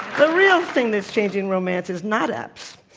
the real thing that is changing romance is not apps,